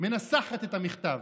מנסחת את המכתב.